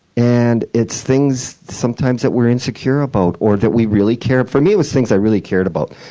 and it's things sometimes that we're insecure about or that we really care for me, it was things i really cared about.